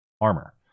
armor